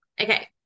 Okay